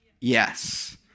Yes